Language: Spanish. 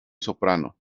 soprano